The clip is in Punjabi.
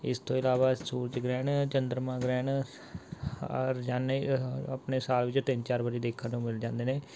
ਇਸ ਤੋਂ ਇਲਾਵਾ ਸੂਰਜ ਗ੍ਰਹਿਣ ਚੰਦਰਮਾ ਗ੍ਰਹਿਣ ਰੋਜਾਨੇ ਆਪਣੇ ਸਾਲ ਵਿੱਚ ਤਿੰਨ ਚਾਰ ਵਾਰੀ ਦੇਖਣ ਨੂੰ ਮਿਲ ਜਾਂਦੇ ਨੇ